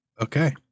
okay